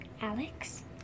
Alex